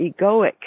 egoic